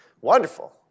wonderful